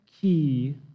key